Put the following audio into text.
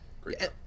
great